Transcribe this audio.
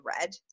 red